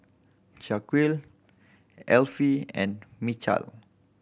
Shaquille Effie and Mychal